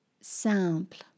simple